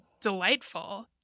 delightful